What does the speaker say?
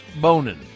Bonin